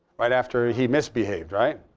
right after he misbehaved, right?